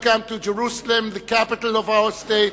welcome to Jerusalem, the capital of our state,